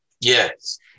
Yes